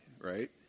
right